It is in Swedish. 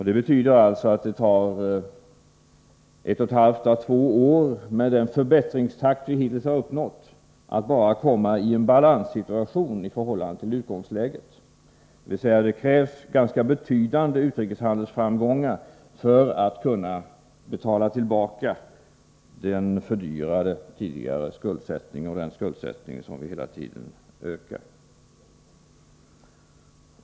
Det betyder att det tar ett och ett halvt å två år med den förbättringstakt vi hittills har uppnått i handelsbalansen att bara komma i jämvikt i förhållande till utgångsläget. Det krävs därför ganska betydande utrikeshandelsframgångar för att vi skall kunna betala tillbaka den fördyrade tidigare skuldsättningen, som vi dessutom hela tiden ökar.